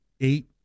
eight